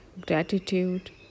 gratitude